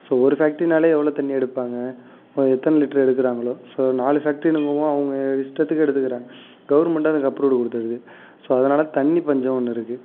so ஒரு ஃபேக்ட்ரினாலே எவ்வளோ தண்ணி எடுப்பாங்க எத்தனை லிட்டரு எடுக்குறாங்களோ ஸோ நாலு ஃபேக்ட்ரினுங்கவும் அவங்க இஷ்டத்துக்கு எடுத்துக்கிறாங்க கவர்மெண்ட்டும் அதுக்கு அப்ரூவ்ட்டு கொடுத்துருது ஸோ அதனால் தண்ணி பஞ்சம் ஒன்று இருக்குது